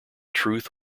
truth